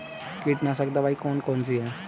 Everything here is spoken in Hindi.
कीटनाशक दवाई कौन कौन सी हैं?